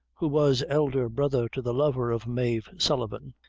who was elder brother to the lover of mave sullivan,